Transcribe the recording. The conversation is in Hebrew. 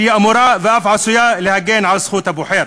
שהיא אמורה ואף עשויה להגן על זכות הבוחר.